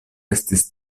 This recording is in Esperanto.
estis